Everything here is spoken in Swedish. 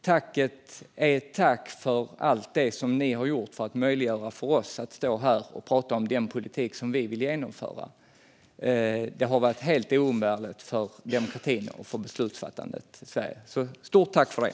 Tacket är ett tack för allt det som ni har gjort för att möjliggöra för oss att stå här och prata om den politik som vi vill genomföra. Det har varit helt oumbärligt för demokratin och för beslutsfattandet i Sverige. Stort tack för det!